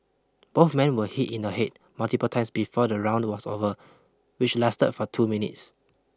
both men were hit in the head multiple times before the round was over which lasted for two minutes